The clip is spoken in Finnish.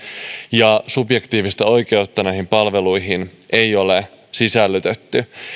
ja subjektiivista oikeutta näihin palveluihin ei ole sisällytetty